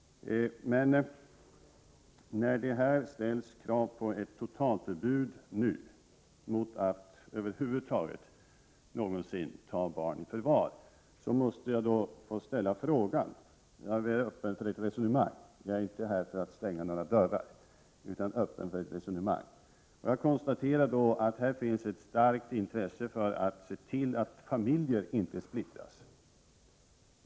Men när det här ställs krav på ett totalförbud, nu, mot att över huvud taget någonsin ta barn i förvar, måste jag få ställa en fråga. Jag är inte här för att stänga några dörrar, utan jag är öppen för ett resonemang. Jag konstaterar att det finns ett starkt intresse för att se till att familjer inte splittras.